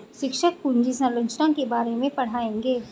शिक्षक पूंजी संरचना के बारे में पढ़ाएंगे